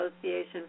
Association